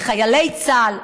לחיילי צה"ל,